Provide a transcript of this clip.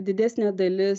didesnė dalis